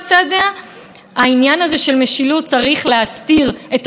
מתחת לקליפת המשילות הזאת נמצא איזה ריקבון שבו